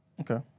Okay